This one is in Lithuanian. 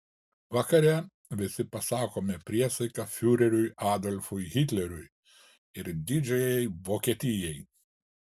vakare visi pasakome priesaiką fiureriui adolfui hitleriui ir didžiajai vokietijai